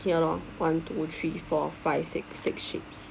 ya lor one two three four five six six shapes